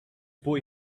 boy